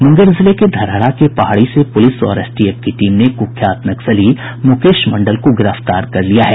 मुंगेर जिले के धरहरा के पहाड़ी से पुलिस और एसटीएफ की टीम ने कुख्यात नक्सली मुकेश मंडल को गिरफ्तार कर लिया है